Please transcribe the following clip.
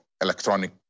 electronic